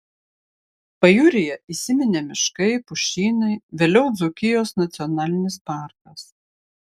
pajūryje įsiminė miškai pušynai vėliau dzūkijos nacionalinis parkas